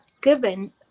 given